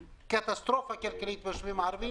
קטסטרופה כלכלית בישובים הערביים.